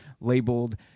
labeled